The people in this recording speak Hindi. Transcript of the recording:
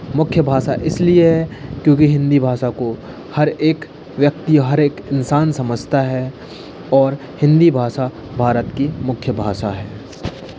मुख्य भाषा इसलिए है क्योंकि हिंदी भाषा को हर एक व्यक्ति हर एक इंसान समझता है और हिंदी भाषा भारत की मुख्य भाषा है